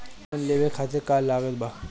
Loan लेवे खातिर का का लागत ब?